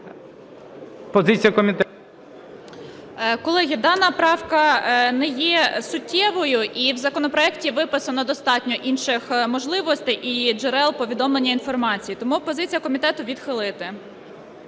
Колеги, дана правка не є суттєвою, і в законопроекті виписано достатньо інших можливостей і джерел повідомлення інформації. Тому позиція комітету відхилити.